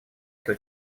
эту